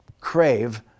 crave